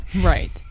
Right